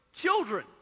children